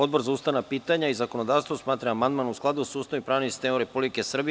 Odbor za ustavna pitanja i zakonodavstvo smatra da je amandman u skladu sa Ustavom i pravnim sistemom Republike Srbije.